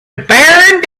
bearing